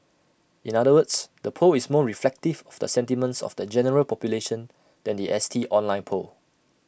in other words the poll is more reflective of the sentiments of the general population than The S T online poll